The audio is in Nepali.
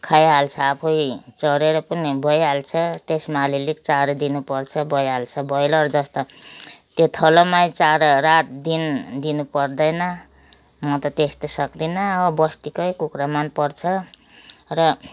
खाइहाल्छ आफै चरेर पनि भइहाल्छ त्यसमा अलिअलि चारो दिनुपर्छ भइहाल्छ ब्रोइलर जस्तो त्यो थलोमा नै चारो रातदिन दिनुपर्दैन म त त्यस्तो सक्दिनँ बस्तीकै कुखुरा मनपर्छ र